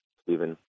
Stephen